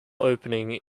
opening